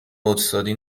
استادی